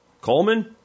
Coleman